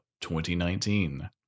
2019